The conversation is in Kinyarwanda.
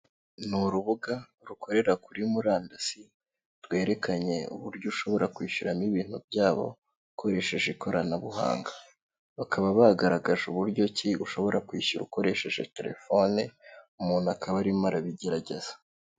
Ni urubuga rukorera kuri murandasi rwerekanye uburyo ushobora kwishyuramo ibintu byabo ukoresheje ikoranabuhanga, bakaba bagaragaje uburyo ki ushobora kwishyura ukoresheje telefone umuntu akaba arimo arabigerageza.